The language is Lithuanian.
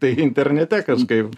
tai internete kažkaip